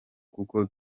kuko